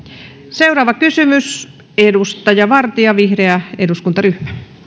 seuraava kysymys edustaja vartia vihreä eduskuntaryhmä